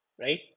right